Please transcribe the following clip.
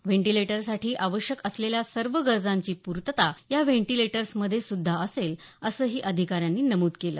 व्हेंटिलेटरसाठी आवश्यक असलेल्या सर्व गरजांची पूर्तता या व्हेंटीलेटर्स मध्ये सुद्धा असेल असही अधिकाऱ्यांनी नमूद केलं